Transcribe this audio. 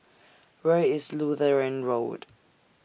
Where IS Lutheran Road